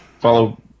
follow